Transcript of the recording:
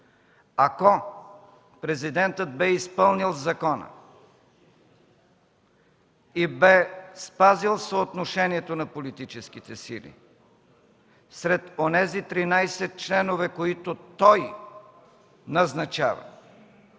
Ако Президентът бе изпълнил закона и бе спазил съотношението на политическите сили сред онези 13 членове, които той назначава,